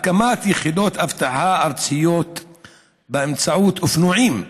הקמת יחידות אבטחה ארציות באמצעות אופנועים,